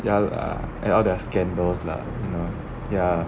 ya lah and all their scandals lah you know ya